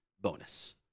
bonus